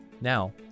Now